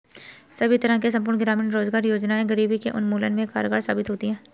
सभी तरह से संपूर्ण ग्रामीण रोजगार योजना गरीबी के उन्मूलन में कारगर साबित होती है